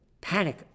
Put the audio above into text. panic